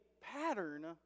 pattern